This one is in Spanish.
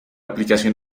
aplicación